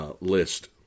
List